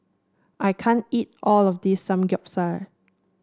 I can't eat all of this Samgeyopsal